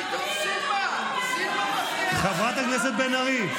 הפך להיות קללה, חברת הכנסת בן ארי.